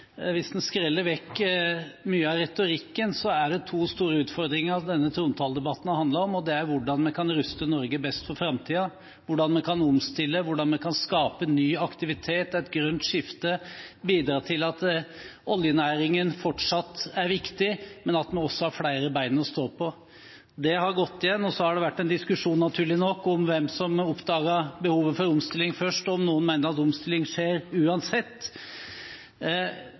hvis en skreller vekk mye av retorikken, er det to store utfordringer denne trontaledebatten har handlet om. Den ene er hvordan vi kan ruste Norge best for framtiden – hvordan vi kan omstille, hvordan vi kan skape ny aktivitet og et grønt skifte, samt bidra til at oljenæringen fortsatt er viktig, men at vi også har flere ben å stå på. Det har gått igjen. Og så har det vært en diskusjon, naturlig nok, om hvem som oppdaget behovet for omstilling først, og noen mener at omstilling skjer uansett.